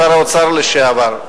שר האוצר לשעבר,